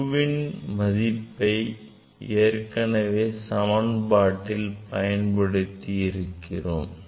uன் மதிப்பை ஏற்கனவே சமன்பாட்டில் பயன்படுத்தி இருக்கிறோம்